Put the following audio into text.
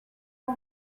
for